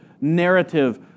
narrative